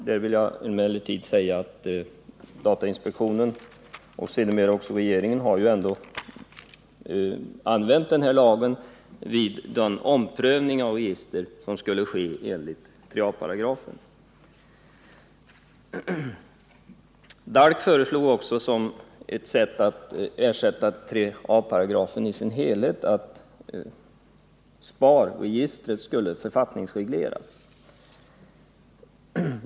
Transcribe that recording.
Jag vill emellertid säga att datainspektionen och sedermera också regeringen ändå har använt den här lagen vid den omprövning av register som skulle ske enligt 3 a §. DALK föreslog också som ett sätt att ersätta 3a§ i dess helhet att SPAR-registret skulle författningsregleras.